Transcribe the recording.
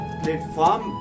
platform